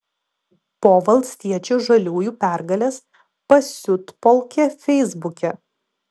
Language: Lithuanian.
po valstiečių žaliųjų pergalės pasiutpolkė feisbuke